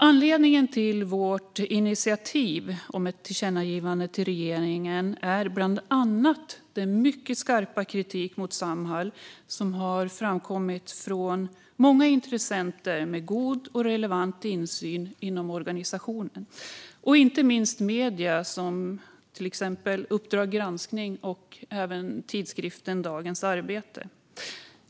Anledningen till vårt initiativ om ett tillkännagivande till regeringen är bland annat den mycket skarpa kritik mot Samhall som har framkommit från många intressenter med god och relevant insyn i organisationen, inte minst medier som Uppdrag granskning och tidskriften Dagens Arbete.